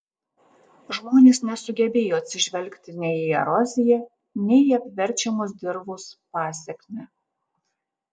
žmonės nesugebėjo atsižvelgti nei į eroziją nei į apverčiamos dirvos pasekmę